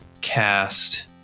cast